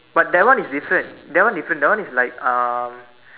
but that one is different that one different that one is like um